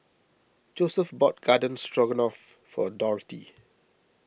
Joesph bought Garden Stroganoff for Dorthy